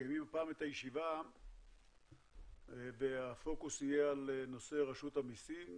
אנחנו מקיימים הפעם את הישיבה והפוקוס יהיה על נושא רשות המיסים.